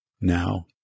now